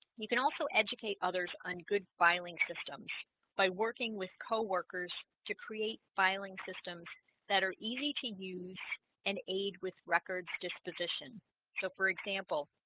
you can also educate others on good filing system by working with co-workers to create filing systems that are easy to use and aid with records disposition so for example